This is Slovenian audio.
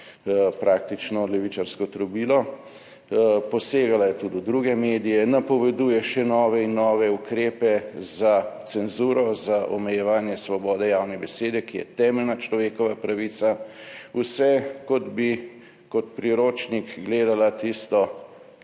praktično levičarsko trobilo, posegala je tudi v druge medije, napoveduje še nove in nove ukrepe za cenzuro, za omejevanje svobode javne besede, ki je temeljna človekova pravica, vse kot bi kot priročnik gledala tisto,